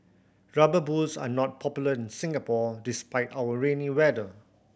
Rubber Boots are not popular in Singapore despite our rainy weather